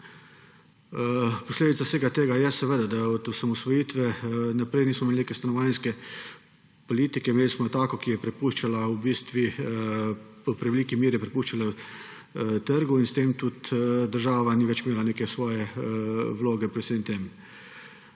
Posledica vsega tega je seveda, da od osamosvojitve naprej nismo imeli neke stanovanjske politike. Imeli smo takšno, ki je v preveliki meri prepuščala trgu in s tem tudi država ni več imela neke svoje vloge pri vsem tem.